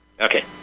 Okay